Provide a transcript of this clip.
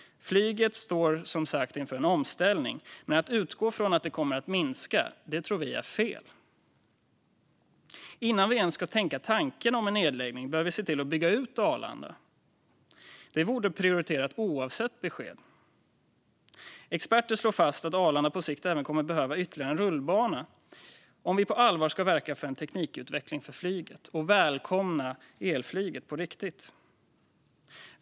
Flyget står, som sagt, inför en omställning. Men att utgå från att det kommer att minska tror vi är fel. Innan vi ens ska tänka tanken om en nedläggning bör vi se till att bygga ut Arlanda. Det borde vara prioriterat oavsett besked. Experter slår fast att Arlanda på sikt även kommer att behöva ytterligare en rullbana om vi på allvar ska verka för en teknikutveckling för flyget och välkomna elflyget på riktigt.